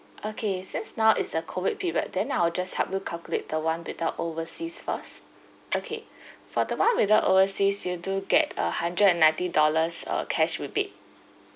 okay since now is the COVID period then I'll just help you calculate the one without overseas first okay for the one without overseas you do get a hundred and ninety dollars uh cash rebate